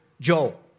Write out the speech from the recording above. Joel